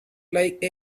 like